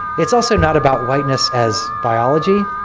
it's also not about whiteness as biology,